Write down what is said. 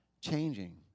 changing